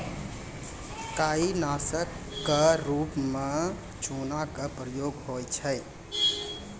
काई नासक क रूप म चूना के प्रयोग होय छै